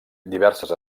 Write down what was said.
diverses